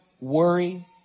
worry